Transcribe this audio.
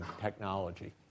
technology